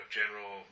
general